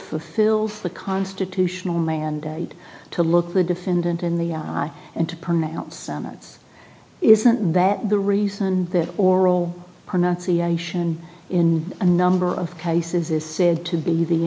fulfill for constitutional mandate to look the defendant in the eye and to pronounce summits isn't that the reason that oral pronunciation in a number of cases is said to be the